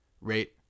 Rate